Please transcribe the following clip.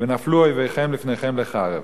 ונפלו אויבכם לפניכם לחרב".